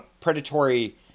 predatory